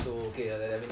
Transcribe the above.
so okay lah I mean